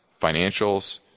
financials